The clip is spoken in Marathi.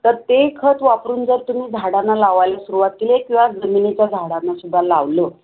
तर ते खत वापरून जर तुम्ही झाडांना लावायला सुरुवात केली किंवा जमिनीच्या झाडांनासुद्धा लावलं